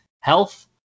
health